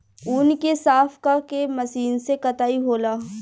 ऊँन के साफ क के मशीन से कताई होला